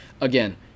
again